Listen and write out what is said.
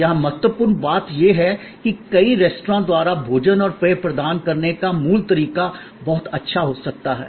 यहां महत्वपूर्ण बात यह है कि कई रेस्तरां द्वारा भोजन और पेय प्रदान करने का मूल तरीका बहुत अच्छा हो सकता है